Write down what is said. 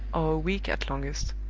or a week at longest.